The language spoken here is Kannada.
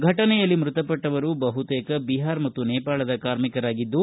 ಫಟನೆಯಲ್ಲಿ ಮೃತಪಟ್ಟವರು ಬಹುತೇಕ ಬಿಹಾರ ಮತ್ತು ನೇಪಾಳದ ಕಾರ್ಮಿಕರಾಗಿದ್ದು